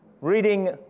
reading